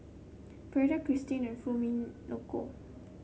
Freida Kirsten and